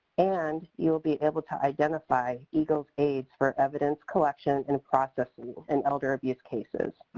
and you will be able to identify eagle aids for evidence collection and processing in elder abuse cases.